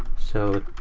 so